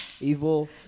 evil